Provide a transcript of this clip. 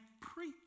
preach